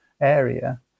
area